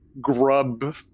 grub